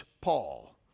Paul